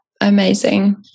amazing